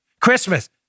Christmas